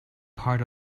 part